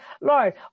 Lord